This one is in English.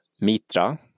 Mitra